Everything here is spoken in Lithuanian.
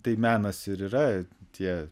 tai menas ir yra tie